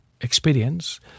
experience